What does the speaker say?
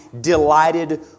delighted